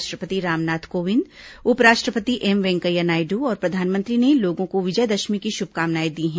राष्ट्रपति रामनाथ कोविंद उपराष्ट्रपति एम वेंकैया नायडु और प्रधानमंत्री ने लोगों को विजयदशमी की शुभकामनाएं दी हैं